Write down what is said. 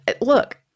look